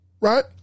right